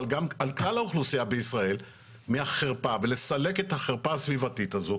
אבל גם על כלל האוכלוסייה בישראל מהחרפה ולסלק את החרפה הסביבתית הזו.